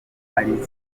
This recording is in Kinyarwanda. ari